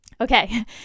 Okay